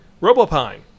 Robopine